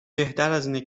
بهترازاینه